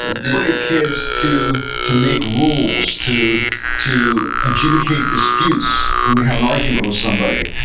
the ability of kids to to make rules, to to adjudicate disputes when they have an argument with somebody,